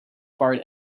part